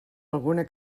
alguna